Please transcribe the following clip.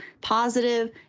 positive